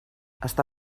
està